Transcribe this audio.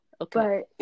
Okay